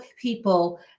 people